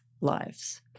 lives